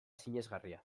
sinesgarria